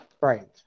Right